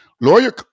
lawyer